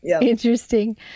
interesting